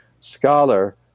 scholar